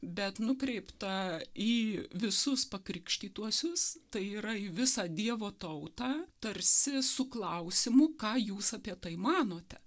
bet nukreipta į visus pakrikštytuosius tai yra į visą dievo tautą tarsi su klausimu ką jūs apie tai manote